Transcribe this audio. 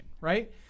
right